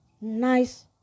nice